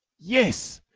yes!